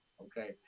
Okay